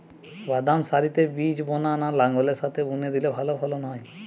বাদাম সারিতে বীজ বোনা না লাঙ্গলের সাথে বুনে দিলে ভালো ফলন হয়?